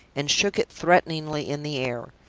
and shook it threateningly in the air.